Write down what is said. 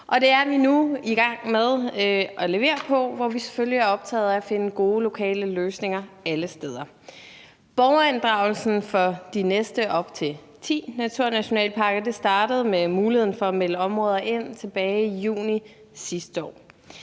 det er vi nu i gang med at levere på, hvor vi selvfølgelig er optaget af at finde gode lokale løsninger alle steder. Borgerinddragelsen for de næste op til ti naturnationalparker startede med muligheden for at melde områder ind tilbage i juni sidste år.